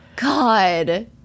God